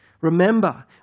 Remember